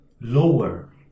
lower